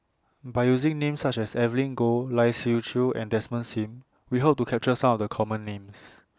By using Names such as Evelyn Goh Lai Siu Chiu and Desmond SIM We Hope to capture Some of The Common Names